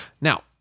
Now